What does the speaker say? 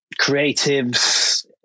creatives